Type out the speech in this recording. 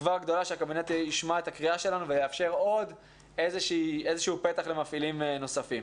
בתקווה שהקבינט ישמע אותנו ויאפשר עוד איזשהו פתח למפעילים נוספים.